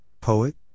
Poet